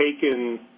taken